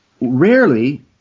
rarely